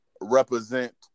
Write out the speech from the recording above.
represent